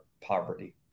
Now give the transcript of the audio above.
poverty